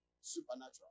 Supernatural